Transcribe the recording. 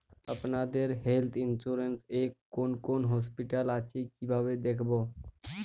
আপনাদের health insurance এ কোন কোন হসপিটাল আছে কিভাবে দেখবো?